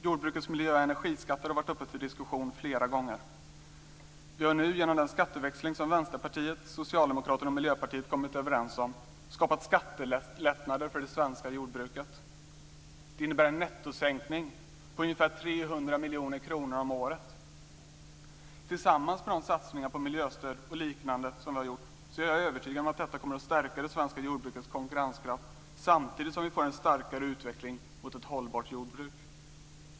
Jordbrukets miljö och energiskatter har varit uppe till diskussion flera gånger. Det har nu, genom den skatteväxling som Vänsterpartiet, Socialdemokraterna och Miljöpartiet har kommit överens om, skapats skattelättnader för det svenska jordbruket. Det innebär en nettosänkning på ungefär 300 miljoner kronor om året. Tillsammans med de satsningar på miljöstöd och liknande som vi har gjort är jag övertygad om att detta kommer att stärka det svenska jordbrukets konkurrenskraft samtidigt som vi får en starkare utveckling mot ett hållbart jordbruk.